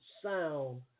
Sound